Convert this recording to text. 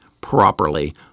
properly